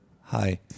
Hi